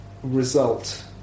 result